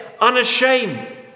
unashamed